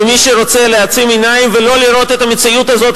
ומי שרוצה לעצום עיניים ולא לראות את המציאות הזאת,